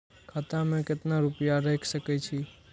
खाता में केतना रूपया रैख सके छी?